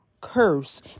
curse